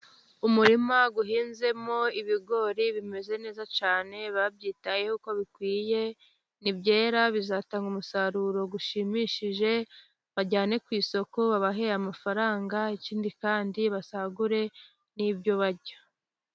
Umurima uhinzemo ibigori bimeze neza cyane, babyitayeho uko bikwiye. Nibyera bizatanga umusaruro ushimishije bajyane ku isoko babahe amafaranga, ikindi kandi basagure n'ibyo barya.